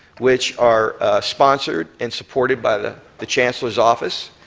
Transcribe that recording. which are sponsored and supported by the the chancellor's office.